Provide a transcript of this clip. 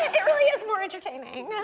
it really is more entertaining. yeah